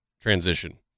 transition